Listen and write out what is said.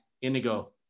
Indigo